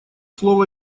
слово